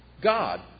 God